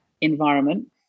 environment